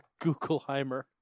Googleheimer